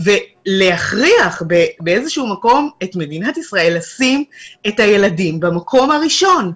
ולהכריח באיזשהו מקום את מדינת ישראל לשים את הילדים במקום הראשון.